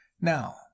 Now